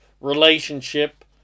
relationship